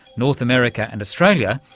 north america and australia,